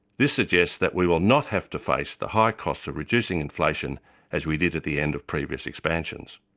this suggests that we will not have to face the high cost of reducing inflation as we did at the end of previous expansions.